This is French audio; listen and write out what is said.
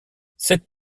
cet